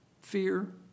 Fear